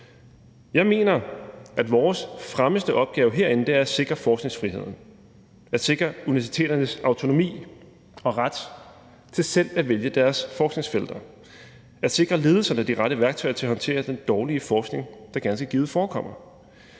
Jeg mener, at vores fremmeste opgave herinde er at sikre forskningsfriheden, at sikre universiteternes autonomi og ret til selv at vælge deres forskningsfelter, at sikre ledelserne de rette værktøjer til at håndtere den dårlige forskning, der ganske givet forekommer.